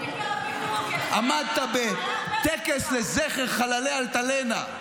בן כספית ורביב דרוקר --- עמדת בטקס לזכר חללי אלטלנה,